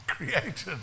created